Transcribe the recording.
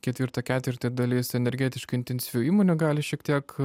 ketvirtą ketvirtį dalis energetiškai intensyvių įmonių gali šiek tiek